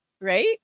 right